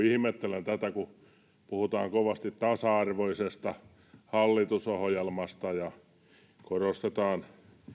ihmettelen tätä kun puhutaan kovasti tasa arvoisesta hallitusohjelmasta ja korostetaan